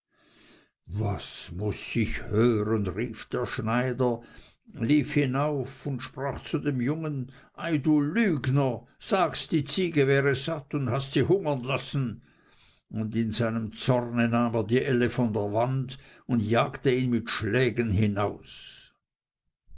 was muß ich hören rief der schneider lief hinauf und sprach zu dem jungen ei du lügner sagst die ziege wäre satt und hast sie hungern lassen und in seinem zorne nahm er die elle von der wand und jagte ihn mit schlägen hinaus